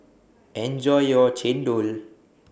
Enjoy your Chendol